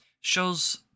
shows